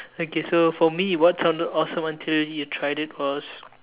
okay so for me what sounded awesome until you tried it was